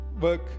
work